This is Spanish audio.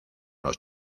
los